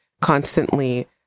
constantly